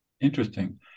Interesting